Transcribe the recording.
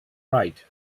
right